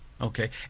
Okay